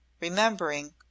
Remembering—